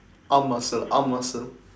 arm muscle arm muscle